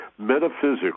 metaphysical